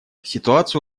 ситуацию